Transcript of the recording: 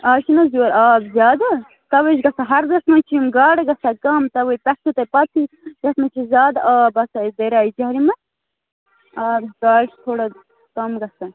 آز چھِنہ حظ یورٕ آب زیادٕ تَوے چھِ گژھان ہردَس منٛز چھِ یِم گاڑٕ گژھان کَم تَوے پٮ۪ٹھ چھُو تۄہہِ پَتہٕے یَتھ منٛز چھِ زیادٕ آب آسان اسہِ دریایہِ جہلِمَس آ گاڑٕ چھِ تھوڑا کَم گژھان